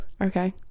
Okay